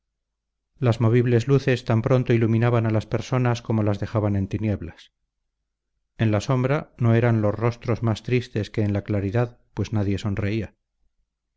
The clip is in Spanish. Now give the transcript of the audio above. las movibles luces tan pronto iluminaban a las personas como las dejaban en tinieblas en la sombra no eran los rostros más tristes que en la claridad pues nadie sonreía